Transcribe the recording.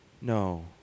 no